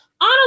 on